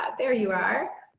ah there you are.